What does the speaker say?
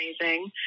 amazing